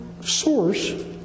source